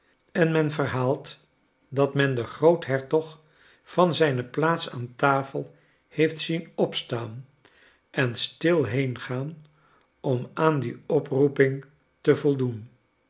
en men verhaalt dat men den groothertog van zijne plaats aan tafel heeft zien opstaan en stil heengaan om aan die oproeping te voldoen